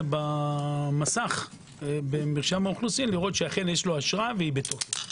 גם במסך במרשם האוכלוסין לראות שיש לו אכן הרשאה בתוקף.